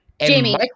Jamie